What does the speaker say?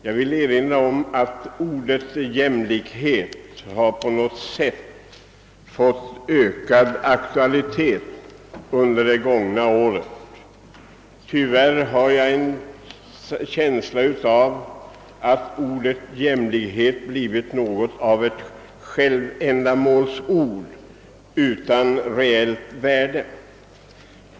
Jag vill erinra om att ordet jämlikhet har fått ökad aktualitet under det gångna året. Tyvärr har jag emellertid en känsla av att detta ord blivit ett uttryck för självändamål utan reellt värde.